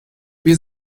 wir